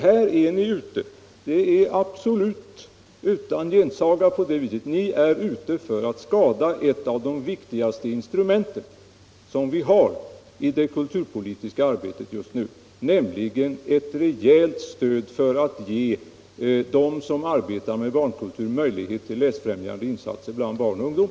Här är ni ute — det är utan gensaga på det sättet — för att skada ett av de viktigaste instrument vi har i det kulturpolitiska arbetet just nu, nämligen stödet till läsfrämjande insatser bland barn och ungdom.